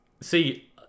See